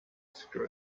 screw